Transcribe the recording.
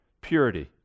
purity